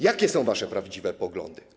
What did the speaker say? Jakie są wasze prawdziwe poglądy?